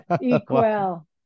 equal